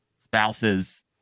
spouses